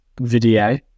video